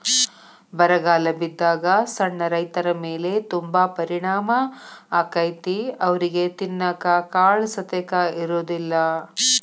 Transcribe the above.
ಬರಗಾಲ ಬಿದ್ದಾಗ ಸಣ್ಣ ರೈತರಮೇಲೆ ತುಂಬಾ ಪರಿಣಾಮ ಅಕೈತಿ ಅವ್ರಿಗೆ ತಿನ್ನಾಕ ಕಾಳಸತೆಕ ಇರುದಿಲ್ಲಾ